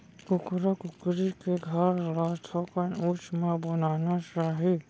कुकरा कुकरी के घर ल थोकन उच्च म बनाना चाही